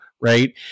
Right